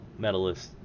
medalists